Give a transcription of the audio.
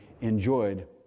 enjoyed